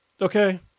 Okay